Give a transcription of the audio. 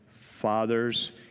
fathers